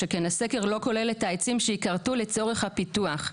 שכן הסקר אינו כולל את העצים שייכרתו לצורך הפיתוח,